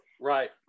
Right